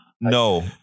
no